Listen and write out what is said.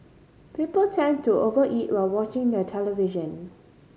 people tend to over eat while watching the television